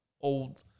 old